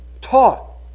taught